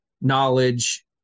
knowledge